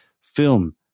film